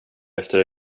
efter